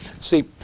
See